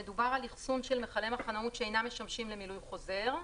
מדובר על אחסון מכלי מחנאות שאינם משמשים למילוי חוזר.